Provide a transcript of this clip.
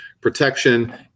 protection